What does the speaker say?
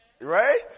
right